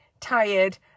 tired